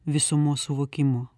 visumos suvokimo